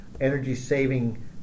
energy-saving